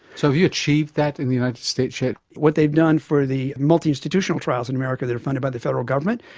so have you achieved that in the united states yet? what they've done for the multi-institutional trials in america that are funded by the federal government,